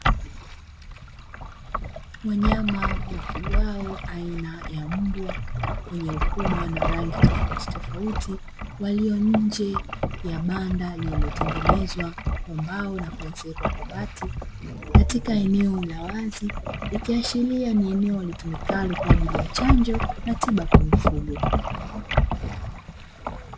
Wanyama wafugwao aina ya mbwa wenye ukubwa na rangi tofauti tofauti walio nje ya banda lililotengenezwa kwa mbao na kuezekwa kwa bati katika eneo la wazi, ikiashiria ni eneo litumikalo kwa ajili ya chanjo na tiba kwa mifugo.